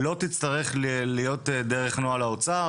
לא תצטרך להיות דרך נוהל האוצר,